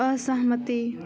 असहमति